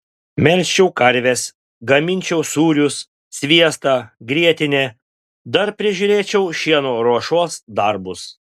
melžčiau karves gaminčiau sūrius sviestą grietinę dar prižiūrėčiau šieno ruošos darbus